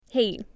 Hey